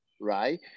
right